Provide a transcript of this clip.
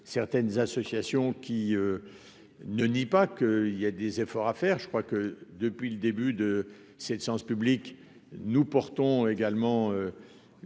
certaines associations qui ne nie pas qu'il y a des efforts à faire, je crois que depuis le début de cette séance publique nous portons également